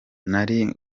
nari